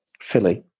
Philly